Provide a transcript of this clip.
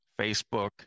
Facebook